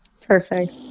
Perfect